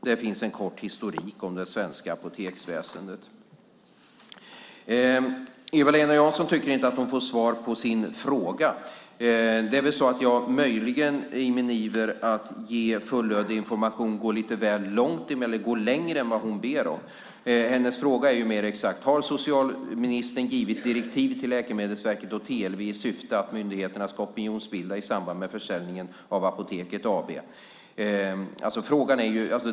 Dessutom ges en kort historik om det svenska apoteksväsendet. Eva-Lena Jansson tycker inte att hon får svar på sin fråga. Det är väl så att jag möjligen i min iver att ge fullödig information går lite väl långt, längre än vad hon ber om. Hennes fråga är: "Har socialministern givit direktiv till Läkemedelsverket och TLV i syfte att myndigheterna ska opinionsbilda i samband med försäljningen av Apoteket AB?"